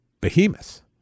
behemoth